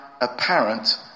apparent